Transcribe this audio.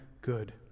good